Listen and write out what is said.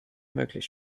möglich